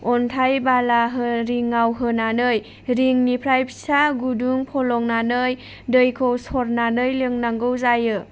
अन्थाइ बाला रिंआव होनानै रिंनिफ्राय फिसा गुदुं फलंनानै दैखौ सरनानै लोंनांगौ जायो